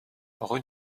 rue